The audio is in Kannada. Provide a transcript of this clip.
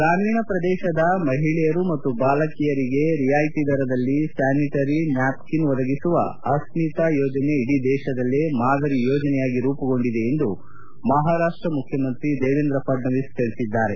ಗ್ರಾಮೀಣ ಪ್ರದೇಶದ ಮಹಿಳೆಯರು ಮತ್ತು ಬಾಲಕಿಯರಿಗೆ ರಿಯಾಯಿತಿ ದರದಲ್ಲಿ ಸ್ನಾನಿಟರಿ ನ್ನಾಪ್ಕಿನ್ ಒದಗಿಸುವ ಅಸ್ಲಿತಾ ಯೋಜನೆ ಇಡೀ ದೇಶದಲ್ಲೇ ಮಾದರಿ ಯೋಜನೆಯಾಗಿ ರೂಪುಗೊಂಡಿದೆ ಎಂದು ಮಹಾರಾಷ್ಷ ಮುಖ್ಯಮಂತ್ರಿ ದೇವೇಂದ್ರ ಫಡ್ನವೀಸ್ ಹೇಳಿದ್ದಾರೆ